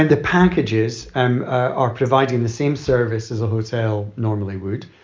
and the packages and are providing the same service as a hotel normally would.